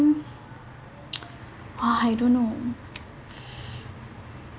moment ah I don't know